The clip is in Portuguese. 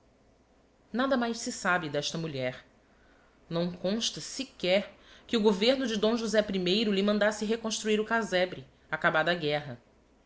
nada mais se sabe d'esta mulher não consta sequer que o governo de d josé i lhe mandasse reconstruir o casebre acabada a guerra